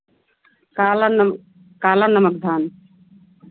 काला नम काला नमक धान